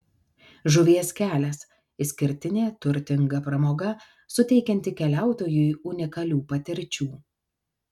žuvies kelias išskirtinė turtinga pramoga suteikianti keliautojui unikalių patirčių